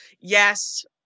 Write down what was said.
Yes